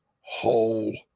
whole